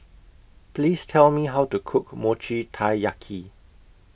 Please Tell Me How to Cook Mochi Taiyaki